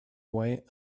away